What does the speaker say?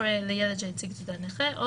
אחראי ליד שהציג תעודת נכה,